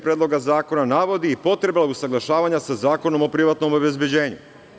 Predloga zakona navodi potreba usaglašavanja sa Zakonom o privatnom obezbeđenju.